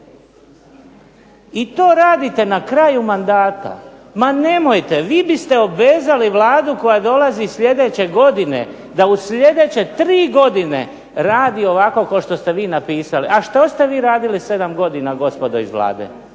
I to radite na kraju mandata. Ma nemojte! Vi biste obvezali vladu koja dolazi sljedeće godine da u sljedeće tri godine radi ovako kao što ste vi napisali. A šta se vi radili sedam godina gospodo iz Vlade?